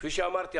כפי שאמרתי,